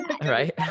Right